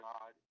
God